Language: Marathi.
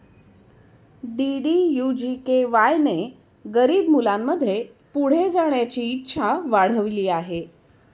डी.डी.यू जी.के.वाय ने गरीब मुलांमध्ये पुढे जाण्याची इच्छा वाढविली आहे